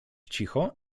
cicho